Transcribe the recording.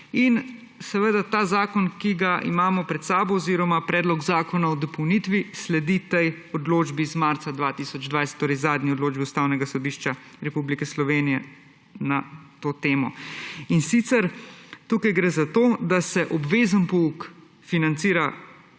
in seveda ta zakon, ki ga imamo pred seboj oziroma Predlog zakona o dopolnitvi sledi tej odločbi iz marca 2020, torej zadnji odločbi Ustavnega sodišča Republike Slovenije na to temo. In sicer gre tukaj za to, da se obvezen pouk financira